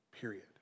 period